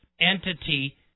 entity